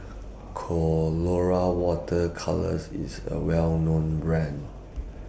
Colora Water Colours IS A Well known Brand